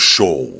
Show